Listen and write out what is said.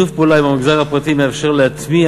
שיתוף פעולה עם המגזר הפרטי מאפשר להטמיע